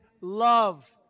love